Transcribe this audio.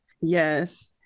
yes